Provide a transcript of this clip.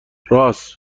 رآس